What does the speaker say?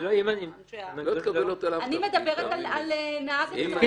אני מדברת על נהג הסעות